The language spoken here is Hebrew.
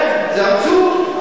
כן, זה אבסורד.